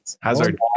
Hazard